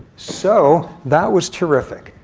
so that was terrific.